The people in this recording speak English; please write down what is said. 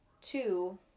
two